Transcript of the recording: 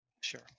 sure